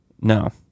No